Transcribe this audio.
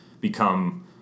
become